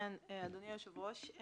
אני תושבת מרכז העיר ירושלים.